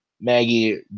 maggie